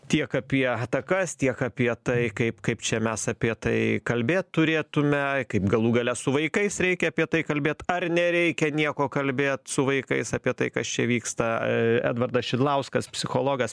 tiek apie atakas tiek apie tai kaip kaip čia mes apie tai kalbėt turėtume kaip galų gale su vaikais reikia apie tai kalbėti ar nereikia nieko kalbėt su vaikais apie tai kas čia vyksta edvardas šidlauskas psichologas